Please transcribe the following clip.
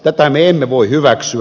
tätä me emme voi hyväksyä